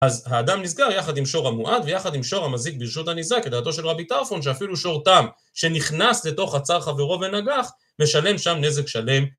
אז האדם נסגר יחד עם שור המועד ויחד עם שור המזיק ברשות הנזק, את דעתו של רבי טרפון, שאפילו שור טעם, שנכנס לתוך הצער חברו ונגח, משלם שם נזק שלם.